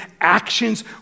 actions